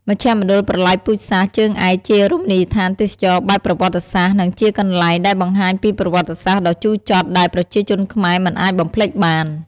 មជ្ឈមណ្ឌលប្រល័យពូជសាសន៍ ជើងឯកជារមនីយដ្ឋានទេសចរណ៍បែបប្រវត្តិសាស្ត្រ និងជាកន្លែងដែលបង្ហាញពីប្រវត្តិសាស្ត្រដ៏ជូរចត់ ដែលប្រជាជនខ្មែរមិនអាចបំភ្លេចបាន។